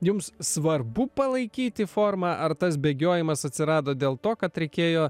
jums svarbu palaikyti formą ar tas bėgiojimas atsirado dėl to kad reikėjo